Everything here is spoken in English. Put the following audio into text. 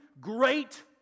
great